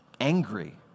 angry